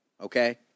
okay